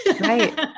Right